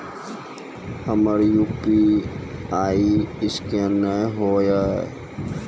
हमर UPI scan नेय हो या?